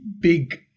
big